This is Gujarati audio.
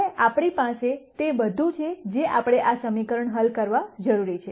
હવે આપણી પાસે તે બધું છે જે આપણે આ સમીકરણ હલ કરવા જરૂરી છે